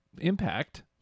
Impact